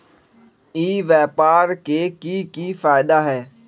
ई व्यापार के की की फायदा है?